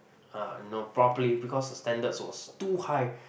ah no properly because the standards was too high